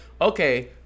okay